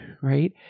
right